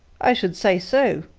i should say so!